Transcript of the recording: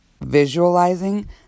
visualizing